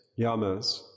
yamas